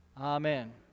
amen